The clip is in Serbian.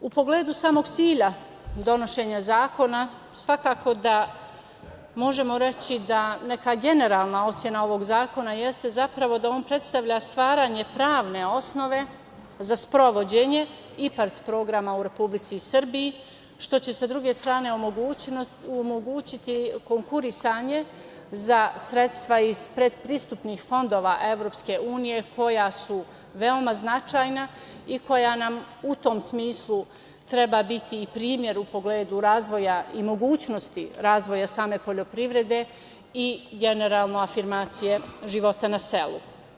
U pogledu samog cilja donošenja zakona svakako da možemo reći da neka generalna ocena ovog zakona jeste zapravo da on predstavlja stvaranje pravne osnove za sprovođenje IPARD programa u Republici Srbiji, što će sa druge strane omogućiti konkurisanje za sredstva iz pretpristupnih fondova Evropske unije koja su veoma značajna i koja nam u tom smislu treba biti i primer u pogledu razvoja i mogućnosti razvoja same poljoprivrede i generalno afirmacije života na selu.